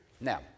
Now